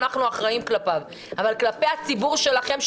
אנחנו אחראים כלפיו כלפי הציבור שלכם,